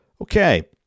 Okay